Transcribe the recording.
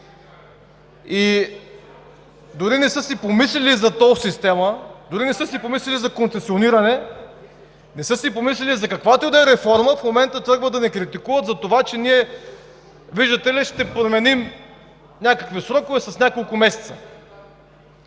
Дори не са си помисляли за тол система, дори не са си помисляли за концесиониране, не са си помисляли за каквато и да е реформа, и в момента тръгват да ни критикуват, че ние, виждате ли, ще променим някакви срокове с няколко месеца.